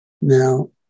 Now